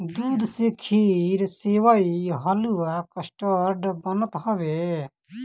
दूध से खीर, सेवई, हलुआ, कस्टर्ड बनत हवे